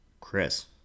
chris